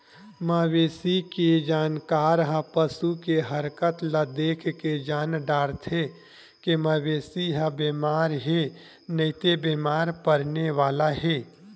मवेशी के जानकार ह पसू के हरकत ल देखके जान डारथे के मवेशी ह बेमार हे नइते बेमार परने वाला हे